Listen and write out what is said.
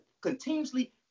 continuously